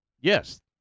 Yes